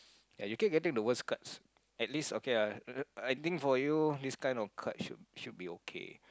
and you keep getting the worst cards at least okay ah I think for you this kind of card should should be okay